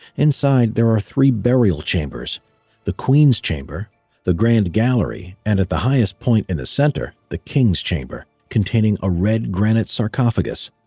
inside, there are three burial chambers the queen's chamber the grand gallery and at the highest point in the center, the king's chamber, containing a red, granite sarcophagus.